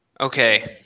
Okay